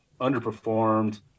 underperformed